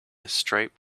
striped